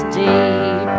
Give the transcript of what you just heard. deep